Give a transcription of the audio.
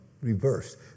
reversed